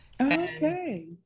Okay